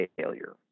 failure